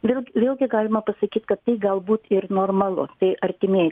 vėlg vėlgi galima pasakyt kad tai galbūt ir normalu tai artimieji